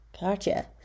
Gotcha